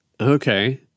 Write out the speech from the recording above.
Okay